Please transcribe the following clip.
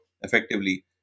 effectively